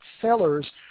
sellers